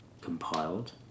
compiled